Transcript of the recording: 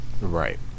right